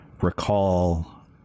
recall